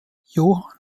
johann